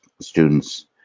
students